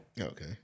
Okay